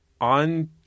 on